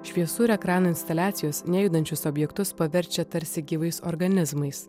šviesų ir ekrano instaliacijos nejudančius objektus paverčia tarsi gyvais organizmais